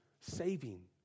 saving